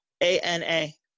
A-N-A